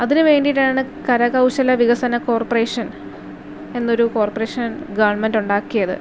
അതിന് വേണ്ടിയിട്ടാണ് കരകൗശല വികസന കോർപ്പറേഷൻ എന്നൊരു കോർപ്പറേഷൻ ഗവൺമെൻറ്റ് ഉണ്ടാക്കിയത്